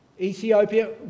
Ethiopia